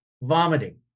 vomiting